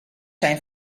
zijn